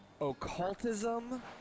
occultism